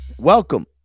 Welcome